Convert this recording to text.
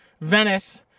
Venice